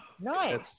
Nice